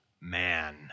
man